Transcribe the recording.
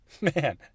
man